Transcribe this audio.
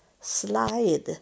slide